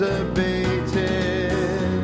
abated